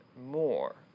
more